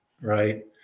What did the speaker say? right